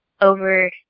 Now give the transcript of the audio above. over